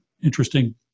interesting